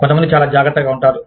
కొంతమంది చాలా జాగ్రత్తగా ఉంటారు